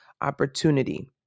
opportunity